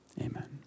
amen